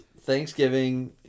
Thanksgiving